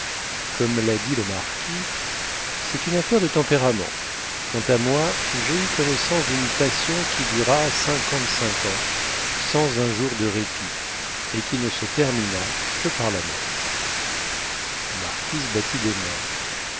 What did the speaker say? comme l'a dit le marquis c'est une affaire de tempérament quant à moi j'ai eu connaissance d'une passion qui dura cinquante-cinq ans sans un jour de répit et qui ne se termina que par la mort la marquise battit des mains